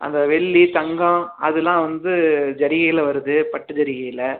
அந்த வெள்ளி தங்கம் அதெலாம் வந்து ஜரிகையில் வருது பட்டு ஜரிகையில்